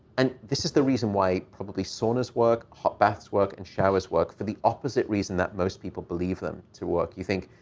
and this is the reason why probably saunas work, hot baths work, and showers work for the opposite reason that most people believe them to work. you think,